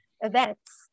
events